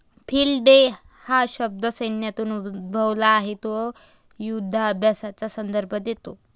field day हा शब्द सैन्यातून उद्भवला आहे तो युधाभ्यासाचा संदर्भ देतो